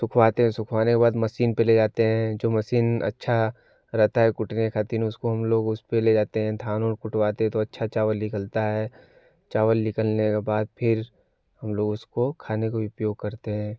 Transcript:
सुखवाते हैं सुखवाने के बाद मसीन पर ले जाते हैं जो मसीन अच्छा रहता है कुटने का दिन उसको हम लोग उस पर ले जाते हैं धान उन कुटवाते हैं तो अच्छा चावल निकलता है चावल निकलने के बाद फिर हम लोग उसको खाने को भी उपयोग करते हैं